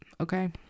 Okay